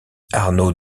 arnaud